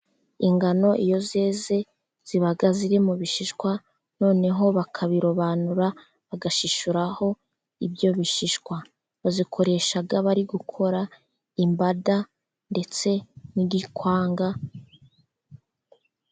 Ingano iyo zeze, ziba ziri mu bishishwa noneho bakabirobanura, bagashishuraho ibyo bishishwa . Bazikoresha bari gukora imbada ndetse n'igikwanga.